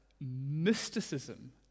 mysticism